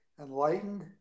enlightened